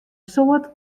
soad